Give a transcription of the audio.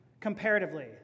comparatively